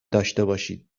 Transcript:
داشتهباشید